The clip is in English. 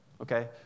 okay